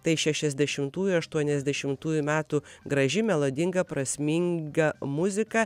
tai šešiasdešimtųjų aštuoniasdešimtųjų metų graži melodinga prasminga muzika